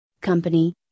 Company